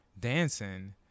dancing